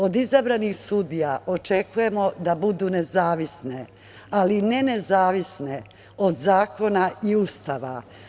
Od izabranih sudija očekujemo da budu nezavisne, ali ne nezavisne od zakona i Ustava.